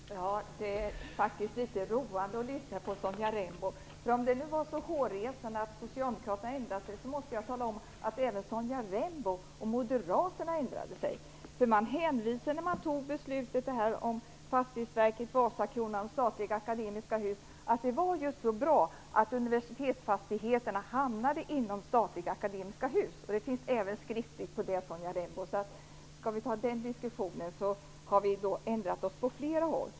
Fru talman! Det är faktiskt litet roande att lyssna på Sonja Rembo. Om det nu var så hårresande att socialdemokraterna ändrade sig måste jag tala om även Sonja Rembo och moderaterna ändrade sig. Statliga Akademiska Hus fattades hänvisade man till att det var så bra att universitetsfastigheterna hamnade inom Statliga Akademiska Hus. Det finns även skriftligt på det Sonja Rembo. Om vi skall ta den diskussionen kan vi konstatera att vi har ändrat oss på flera håll.